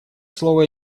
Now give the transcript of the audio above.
слово